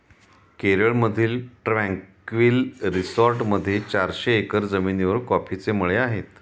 केरळमधील ट्रँक्विल रिसॉर्टमध्ये चारशे एकर जमिनीवर कॉफीचे मळे आहेत